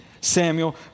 Samuel